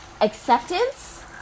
acceptance